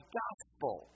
gospel